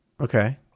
okay